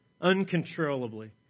uncontrollably